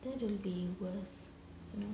that'll be worse you know